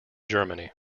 germany